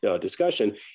discussion